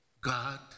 God